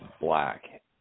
Black